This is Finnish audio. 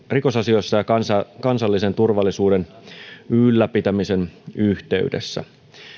rikosasioissa ja kansallisen turvallisuuden ylläpitämisen yhteydessä